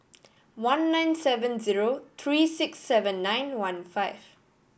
one nine seven zero three six seven nine one five